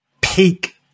peak